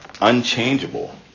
unchangeable